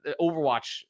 Overwatch